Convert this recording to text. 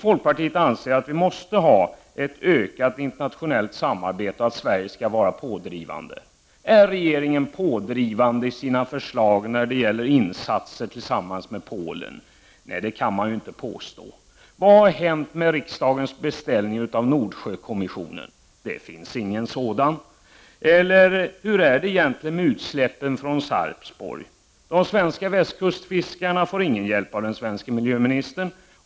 Folkpartiet anser att vi måste ha ett ökat internationellt samarbete och att Sverige skall vara pådrivande. Är regeringen pådrivande i sina förslag till insatser i samarbete med Polen? Nej, det kan man inte påstå. Vad har hänt med riksdagens beställning av en Nordsjökommission? Det finns ingen sådan. Hur är det egentligen med utsläppen från Sarpsborg? De svenska västkustfiskarna får ingen hjälp av den svenska miljöministern.